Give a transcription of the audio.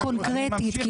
קונקרטית.